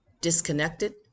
Disconnected